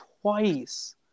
twice